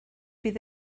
bydd